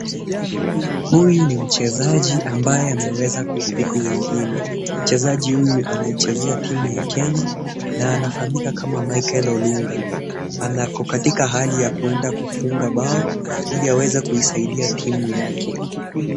Huyu ni mchezaji ambaye ameweza kuwapita wengine. Mchezaji huyu anaichezea timu ya Kenya, na anafahamika kama Mike Lolunga. Na ako katika hali ya kwenda kufunga bao, ili aweze kuisaidia timu yake.